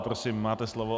Prosím, máte slovo.